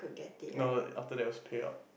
no after that was payout